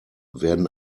werden